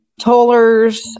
Tollers